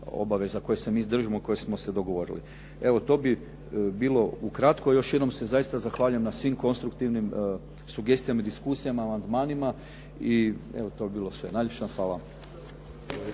obaveza koje se mi držimo, koje smo se dogovorili. Evo to bi bilo ukratko. Još jednom se zaista zahvaljujem na svim konstruktivnim sugestijama i diskusijama u amandmanima. I evo, to bi bilo sve, najljepša vam hvala.